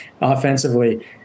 offensively